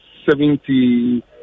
Seventy